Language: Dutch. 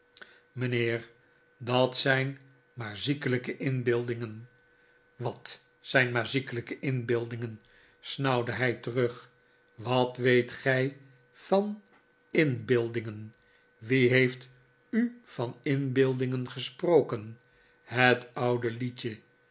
dat zijn niaar ziekelijke inbeeldingen wat zijn maar ziekelijke inbeeldingen snauwde hij terug wat weet gij van inbeeldingen wie heeft u van inbeeldingen gesproken het oude liedje